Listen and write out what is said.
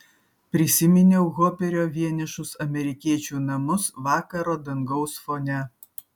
prisiminiau hoperio vienišus amerikiečių namus vakaro dangaus fone